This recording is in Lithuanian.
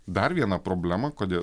dar viena problema kodė